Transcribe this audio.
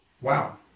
wow